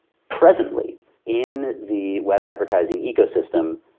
presently in the web advertising ecosystem,